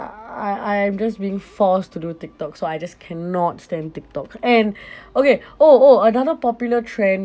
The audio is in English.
uh I I am just being forced to do tiktok so I just cannot stand tiktok and okay oh oh another popular trend